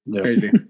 Crazy